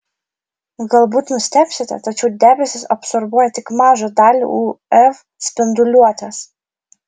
galbūt nustebsite tačiau debesys absorbuoja tik mažą dalį uv spinduliuotės